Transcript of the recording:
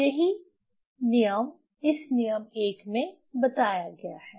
यही नियम इस नियम 1 में बताया गया है